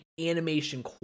animation